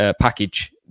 package